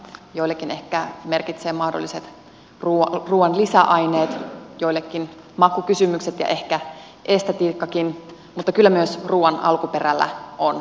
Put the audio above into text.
joillekin ehkä merkitsevät mahdolliset ruuan lisäaineet joillekin makukysymykset ja ehkä estetiikkakin mutta kyllä myös ruuan alkuperällä on merkitystä